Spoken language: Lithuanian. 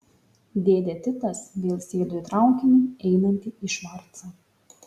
dėdė titas vėl sėdo į traukinį einantį į švarcą